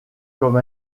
comme